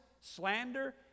slander